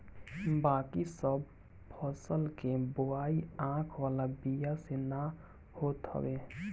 बाकी सब फसल के बोआई आँख वाला बिया से ना होत हवे